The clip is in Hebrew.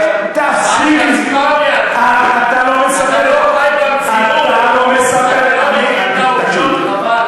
אתה לא חי במציאות, אני אתן לך את העובדות, חבל.